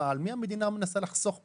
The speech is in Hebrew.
על מי המדינה מנסה לחסוך פה?